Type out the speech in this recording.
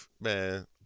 man